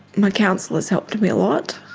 my counsellor's helped me a lot